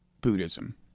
Buddhism